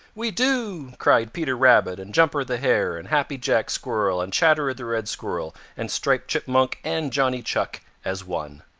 we do! cried peter rabbit and jumper the hare and happy jack squirrel and chatterer the red squirrel and striped chipmunk and johnny chuck as one.